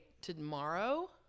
tomorrow